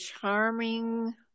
charming